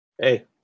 Hey